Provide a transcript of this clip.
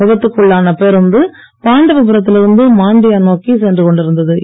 விபத்துக்குள்ளான பேருந்து பாண்டவபுரத்தில் இருந்து மாண்டியா நோக்கி சென்று கொண்டிருந்த்து